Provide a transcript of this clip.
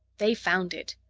they found it.